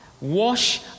Wash